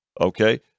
Okay